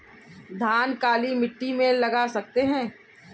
धान काली मिट्टी में लगा सकते हैं?